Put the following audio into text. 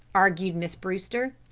argued miss brewster.